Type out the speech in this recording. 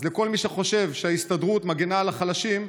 אז לכל מי שחושב שההסתדרות מגינה על החלשים,